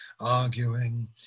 arguing